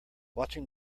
watching